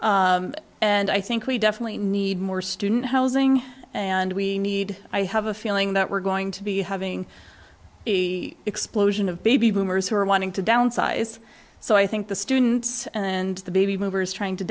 and i think we definitely need more student housing and we need i have a feeling that we're going to be having the explosion of baby boomers who are wanting to downsize so i think the students and the baby movers trying to